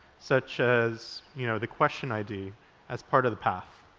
such as you know the question id as part of the path.